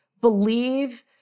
believe